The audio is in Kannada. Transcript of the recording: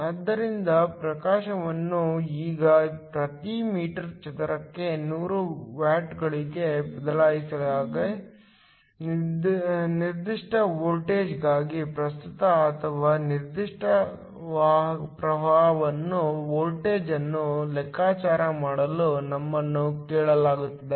ಆದ್ದರಿಂದ ಪ್ರಕಾಶವನ್ನು ಈಗ ಪ್ರತಿ ಮೀಟರ್ ಚದರಕ್ಕೆ 100 ವ್ಯಾಟ್ಗಳಿಗೆ ಬದಲಾಯಿಸಿದಾಗ ನಿರ್ದಿಷ್ಟ ವೋಲ್ಟೇಜ್ಗಾಗಿ ಪ್ರಸ್ತುತ ಅಥವಾ ನಿರ್ದಿಷ್ಟ ಪ್ರವಾಹಕ್ಕೆ ವೋಲ್ಟೇಜ್ ಅನ್ನು ಲೆಕ್ಕಾಚಾರ ಮಾಡಲು ನಮ್ಮನ್ನು ಕೇಳಲಾಗುತ್ತದೆ